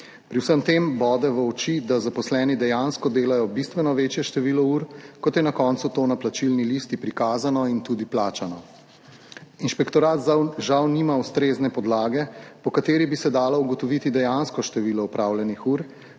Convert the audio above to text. Pri vsem tem bode v oči, da zaposleni dejansko delajo bistveno večje število ur, kot je na koncu to na plačilni listi prikazano in tudi plačano. Inšpektorat žal nima ustrezne podlage, po kateri bi se dalo ugotoviti dejansko število opravljenih ur,